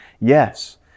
yes